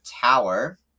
tower